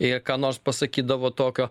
jei ką nors pasakydavo tokio